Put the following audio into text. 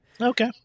Okay